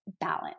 balance